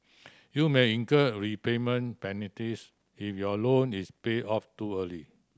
you may incur prepayment penalties if your loan is paid off too early